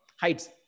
heights